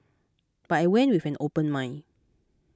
but I went with an open mind